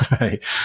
right